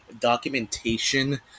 documentation